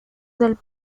del